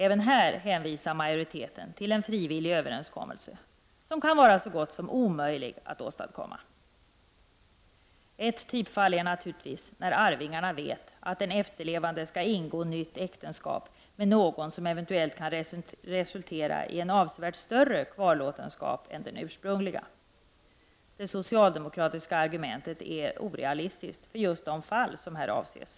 Även här hänvisar majoriten till en frivillig överenskommelse som kan vara så gott som omöjlig att åstadkomma. Ett typfall är naturligtvis när arvingarna vet att den efterlevande skall ingå nytt äktenskap, vilket eventuellt kan resultera i en avsevärt större kvarlåtenskap än den ursprungliga. Det socialdemokratiska argumentet är orealistiskt för just de fall som här avses.